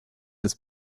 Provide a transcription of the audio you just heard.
des